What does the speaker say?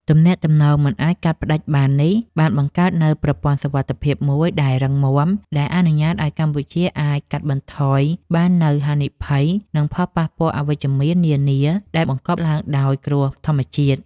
ទំនាក់ទំនងមិនអាចកាត់ផ្ដាច់បាននេះ បានបង្កើតនូវប្រព័ន្ធសុវត្ថិភាពមួយដែលរឹងមាំ ដែលអនុញ្ញាតឱ្យកម្ពុជាអាចកាត់បន្ថយបាននូវហានិភ័យ និងផលប៉ះពាល់អវិជ្ជមាននានាដែលបង្កឡើងដោយគ្រោះធម្មជាតិ។